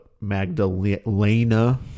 Magdalena